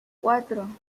cuatro